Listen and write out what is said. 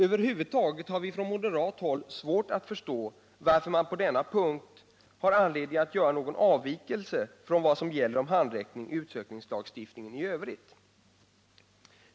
Över huvud taget har vi från moderat håll svårt att förstå varför man på denna punkt har anledning att göra någon avvikelse från vad som gäller om handräckning i utsökningslagstiftningen i övrigt.